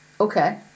Okay